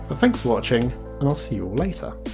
but thanks for watching and i'll see you all later